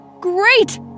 great